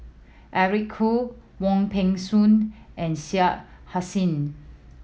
Eric Khoo Wong Peng Soon and Shah Hussain